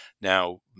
Now